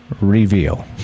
Reveal